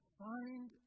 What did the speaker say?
find